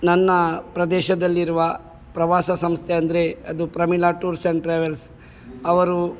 ನನ್ನ ಪ್ರದೇಶದಲ್ಲಿರುವ ಪ್ರವಾಸ ಸಂಸ್ಥೆ ಅಂದರೆ ಅದು ಪ್ರಮಿಳಾ ಟೂರ್ಸ್ ಆ್ಯಂಡ್ ಟ್ರಾವೆಲ್ಸ್ ಅವರು